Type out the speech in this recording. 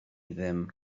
ddim